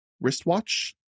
wristwatch